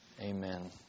Amen